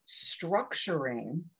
structuring